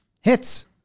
hits